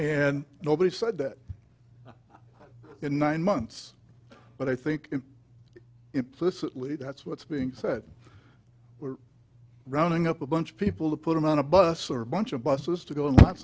and nobody said that in nine months but i think implicitly that's what's being said we're running up a bunch of people to put them on a bus or a bunch of buses to go in lots